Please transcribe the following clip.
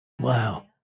Wow